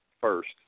first